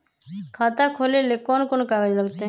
खाता खोले ले कौन कौन कागज लगतै?